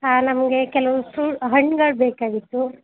ಹಾಂ ನಮಗೆ ಕೆಲವು ಫ್ರೂ ಹಣ್ಗಳು ಬೇಕಾಗಿತ್ತು